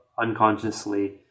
unconsciously